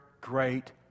great